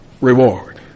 reward